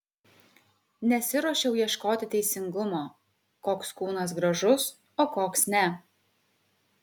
nesiruošiau ieškoti teisingumo koks kūnas gražus o koks ne